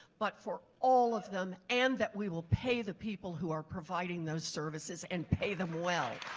but for all of them and that we will pay the people who are providing those services and pay them well.